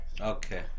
Okay